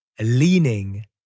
leaning